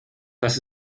das